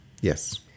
Yes